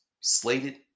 slated